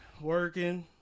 Working